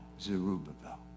Zerubbabel